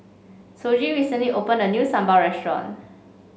Shoji recently opened a new Sambal Restaurant